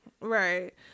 right